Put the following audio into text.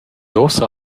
uossa